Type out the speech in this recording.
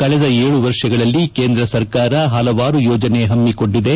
ಕಳೆದ ಏಳು ವರ್ಷಗಳಲ್ಲಿ ಕೇಂದ್ರ ಸರ್ಕಾರ ಹಲವಾರು ಯೋಜನೆ ಹಮ್ಗಿಕೊಂಡಿದೆ